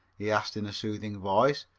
he asked in a soothing voice,